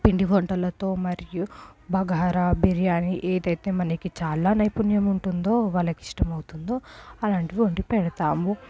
పిండి వంటలతో మరియు బగారా బిర్యాని ఏదైతే మనకి చాలా నైపుణ్యం ఉంటుందో వాళ్ళకి ఇష్టమవుతుందో అలాంటివి వండి పెడతాము